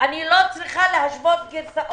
אני לא צריכה להשוות גרסאות.